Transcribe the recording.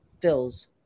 fills